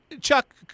Chuck